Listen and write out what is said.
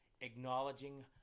acknowledging